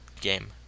game